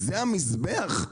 זה המזבח?